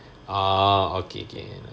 orh okay okay